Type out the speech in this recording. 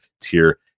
tier